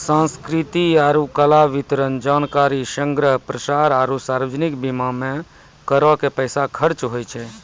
संस्कृति आरु कला, वितरण, जानकारी संग्रह, प्रसार आरु सार्वजनिक बीमा मे करो के पैसा खर्चा होय छै